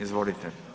Izvolite.